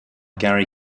garry